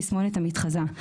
תסמונת המתחזה,